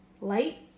Light